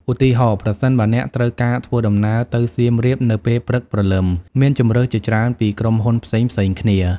ឧទាហរណ៍ ប្រសិនបើអ្នកត្រូវការធ្វើដំណើរទៅសៀមរាបនៅពេលព្រឹកព្រលឹម មានជម្រើសជាច្រើនពីក្រុមហ៊ុនផ្សេងៗគ្នា។